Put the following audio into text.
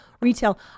retail